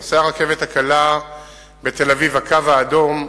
1. נושא הרכבת הקלה בתל-אביב, "הקו האדום"